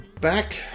back